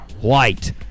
White